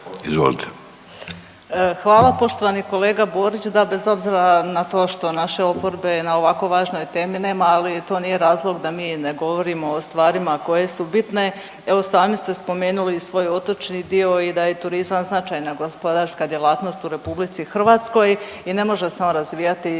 Hvala. Poštovani kolega Borić, da bez obzira na to što naše oporbe na ovako važnoj temi nema, ali to nije razlog da mi ne govorimo o stvarima koje su bitne. Evo sami ste spomenuli svoj otočni dio i da je turizam značajna gospodarska djelatnost u RH i ne može se on razvijati